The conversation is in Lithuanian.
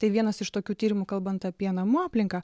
tai vienas iš tokių tyrimų kalbant apie namų aplinką